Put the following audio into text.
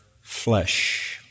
flesh